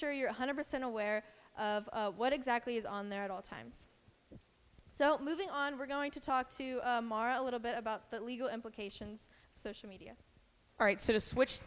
sure you're one hundred percent aware of what exactly is on there at all times so moving on we're going to talk to morrow a little bit about the legal implications social media are it sort of switch